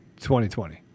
2020